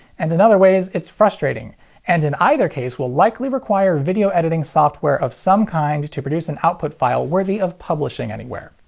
and in other ways it's frustrating and in either case will likely require video editing software of some kind to produce an output file worthy of publishing anywhere.